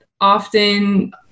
often